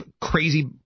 crazy